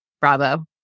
Bravo